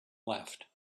left